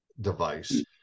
device